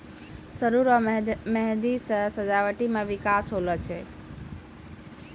सरु रो मेंहदी से सजावटी मे बिकास होलो छै